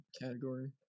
category